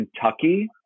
Kentucky